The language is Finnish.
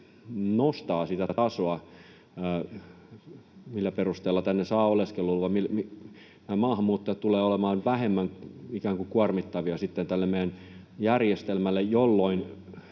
nostaa sitä tasoa, millä perusteella tänne saa oleskeluluvan. Nämä maahanmuuttajat tulevat olemaan vähemmän kuormittavia sitten tälle meidän järjestelmällemme, jolloin